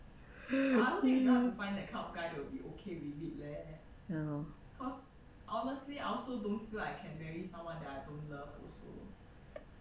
ya lor